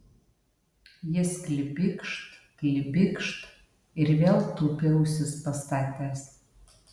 jis klibikšt klibikšt ir vėl tupi ausis pastatęs